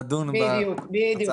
לדון בהצעת החוק.